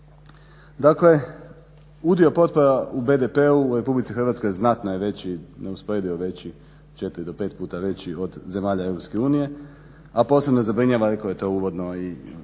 Dakle, udio potpora u BDP-u u RH znatno je veći, neusporedivo veći 4 do 5 puta veći od zemalja EU, a posebno zabrinjava rekao je to uvodno i